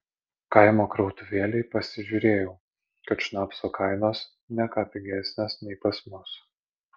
kaimo krautuvėlėj pasižiūrėjau kad šnapso kainos ne ką pigesnės nei pas mus